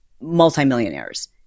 multimillionaires